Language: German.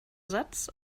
satz